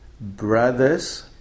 brother's